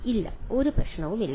ഇല്ല ഒരു പ്രശ്നവുമില്ല